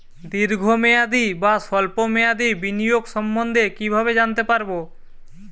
দীর্ঘ মেয়াদি বা স্বল্প মেয়াদি বিনিয়োগ সম্বন্ধে কীভাবে জানতে পারবো?